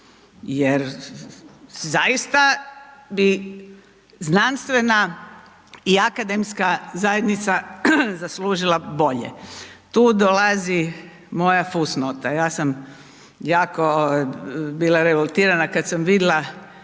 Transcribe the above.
Jer zaista bi znanstvena i akademska zajednica zaslužila bolje. Tu dolazi moja fusnota ja sam jako bila revoltirana kad sam vidla